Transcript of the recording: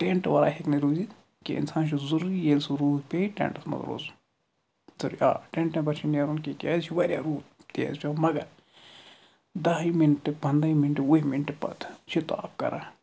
tent وَرٲے ہیٚکہِ نہٕ روٗزِتھ کینٛہہ اِنسانَس چھُ ضٔروٗری ییٚلہِ سُہ روٗد پے ٹٮ۪ںٹَس مَنٛز روزُن تہٕ آ ٹٮ۪نٛٹ نیٚبر چھُنہٕ نیرُن کیازِ یہِ چھُ واریاہ روٗد تیز پٮ۪وان مگر دَہہِ مِنٹہِ پَندہیہِ مِنٹہِ وُہہِ مِنٹہِ پَتہٕ چھِ تاپھ کَران